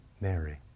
Mary